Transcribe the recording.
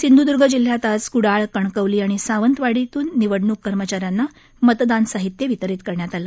सिंधूदर्ग जिल्ह्यात आज क्डाळ कणकवली आणि सावंतवाडीतून निवडणूक कर्मचाऱ्यांना मतदान साहित्य वितरित करण्यात आलं